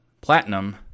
Platinum